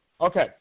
Okay